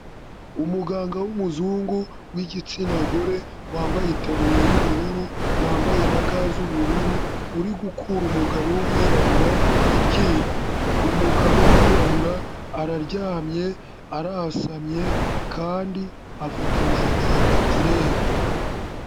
Umuganga w'umuzungu w'igitsina gore, wambaye itaburiya y'ubururu, wambaye na ga z'ubururu, uri gukura umugabo w'umwirabura iryinyo. Umugabo w'umwirabura, araryamye, arahasamye kandi afite imisatsi ya naturere.